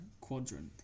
quadrant